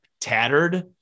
tattered